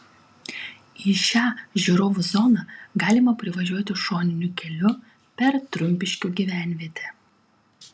į šią žiūrovų zoną galima privažiuoti šoniniu keliu per trumpiškių gyvenvietę